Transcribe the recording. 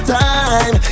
time